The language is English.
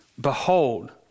Behold